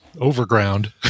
overground